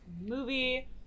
movie